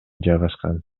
жайгашкан